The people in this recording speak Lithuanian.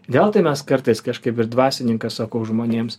gal tai mes kartais kažkaip ir dvasininkas sakau žmonėms